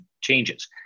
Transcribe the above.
changes